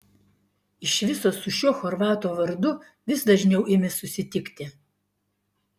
iš viso su šiuo chorvato vardu vis dažniau imi susitikti